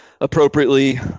appropriately